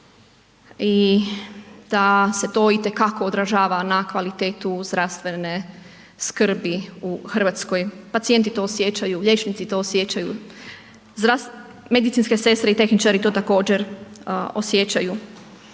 i da se to itekako održava na kvalitetu zdravstvene skrbi u Hrvatskoj, pacijenti to osjećaju, liječnici to osjećaju. Medicinske sestre i tehničari to također osjećaju.